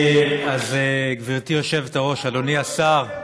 גברתי היושבת-ראש, אדוני השר,